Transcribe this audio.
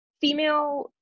female